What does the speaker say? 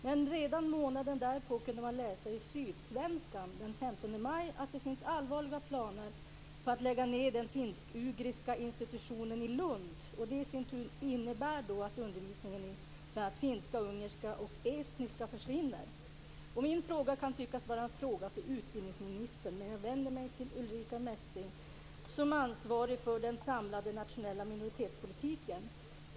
Men redan månaden därpå kunde man läsa i Sydsvenskan den 15 maj att det finns allvarliga planer på att lägga ned den finsk-ugriska institutionen i Lund. Det i sin tur innebär att undervisningen i bl.a. finska, ungerska och estniska försvinner. Min fråga kan tyckas vara en fråga för utbildningsministern, men jag vänder mig till Ulrica Messing som ansvarig för den samlade nationella minoritetspolitiken.